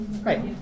right